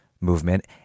movement